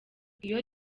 iyo